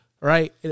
Right